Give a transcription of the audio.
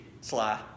sly